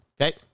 okay